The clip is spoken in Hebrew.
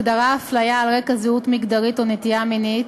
הגדרת הפליה על רקע זהות מגדרית או נטייה מינית),